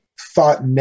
thought